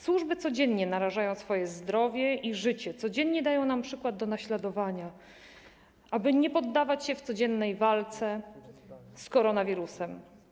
Służby codziennie narażają swoje zdrowie i życie, codziennie dają nam przykład do naśladowania, aby nie poddawać się w codziennej walce z koronawirusem.